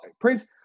Prince